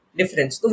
difference